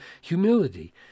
humility